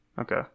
Okay